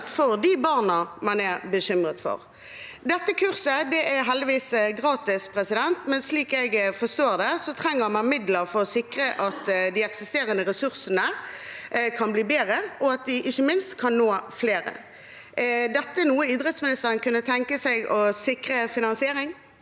for de barna man er bekymret for. Dette kurset er heldigvis gratis, men slik jeg forstår det, trenger man midler for å sikre at de eksisterende ressursene kan bli bedre, og at de ikke minst kan nå flere. Er dette noe idrettsministeren kunne tenke seg å sikre finansiering?